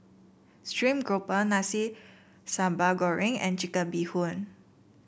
stream grouper Nasi Sambal Goreng and Chicken Bee Hoon